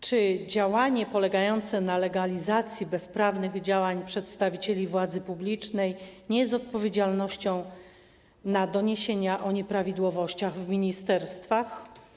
Czy działanie polegające na legalizacji bezprawnych działań przedstawicieli władzy publicznej nie jest odpowiedzią na doniesienia o nieprawidłowościach w ministerstwach?